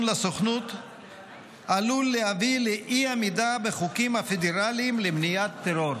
לסוכנות עלול להביא לאי-עמידה בחוקים הפדרליים למניעת טרור.